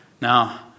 Now